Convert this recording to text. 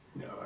No